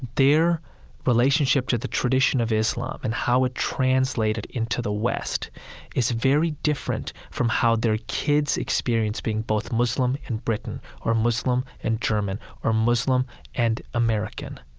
their relationship to the tradition of islam and how it translated into the west is very different from how their kids experience being both muslim and briton or muslim and german or muslim and american.